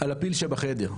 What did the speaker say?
הפיל שבחדר,